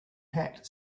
hat